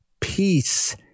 peace